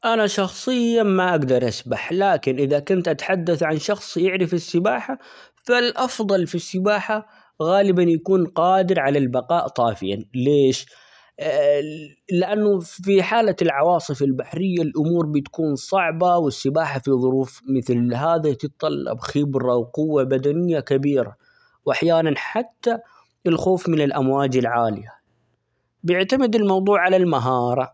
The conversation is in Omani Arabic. أنا شخصيًا ما أقدر أسبح لكن إذا كنت أتحدث عن شخص يعرف السباحة فالأفضل في السباحة غالبا يكون قادر على البقاء طافيًا ليش؟ لأن- لأنه في حالة العواصف البحرية ،الأمور بتكون صعبة، السباحة في ظروف مثل هذي تتطلب خبرة وقوة بدنية كبيرة، وأحيانًا حتى الخوف من الامواج العالية، بيعتمد الموضوع على المهارة.